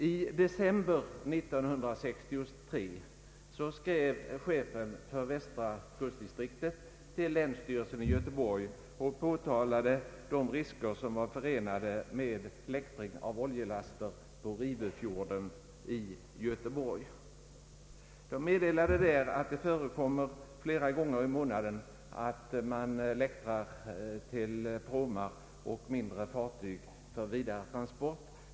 I december 1963 skrev chefen för västra kustdistriktet till länsstyrelsen i Göteborg och påtalade de risker som är förenade med läktring av oljelaster på Rivöfjorden utanför Göteborg. Det påpekades i den skrivelsen att det förekommer flera gånger i månaden att man läktrar till pråmar och mindre fartyg för vidare transport.